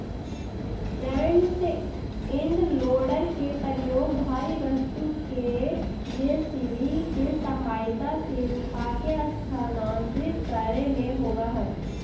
front end loader के प्रयोग भारी वस्तु के जे.सी.बी के सहायता से उठाके स्थानांतरित करे में होवऽ हई